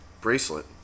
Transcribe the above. bracelet